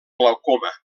glaucoma